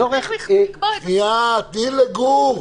צריך לקבוע --- שנייה, תני לגור.